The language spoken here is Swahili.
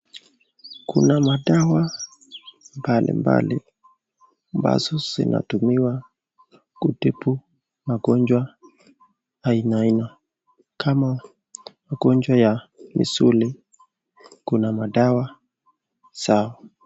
Kuna madawa mbalimbali ambazo zinatumiwa kutibu magonjwa aina aina kama magonjwa ya misuli kuna madawa sawa.